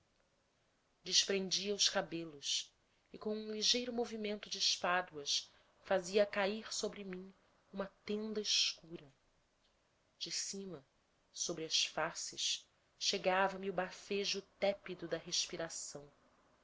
desprendia os cabelos e com um ligeiro movimento de espáduas fazia cair sobre mim uma tenda escura de cima sobre as faces chegava me o bafejo tépido da respiração